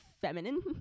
feminine